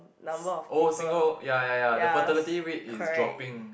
number of people ya correct